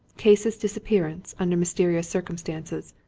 case is disappearance, under mysterious circumstances,